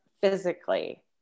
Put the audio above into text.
physically